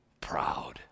proud